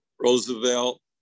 Roosevelt